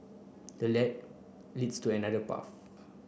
the lad leads to another path